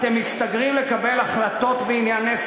אתם מסתגרים לקבל החלטות בעניין נס